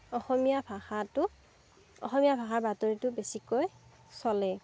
অসমীয়া ভাষাটো অসমীয়া ভাষাৰ বাতৰিটো বেছিকৈ চলে